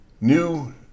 new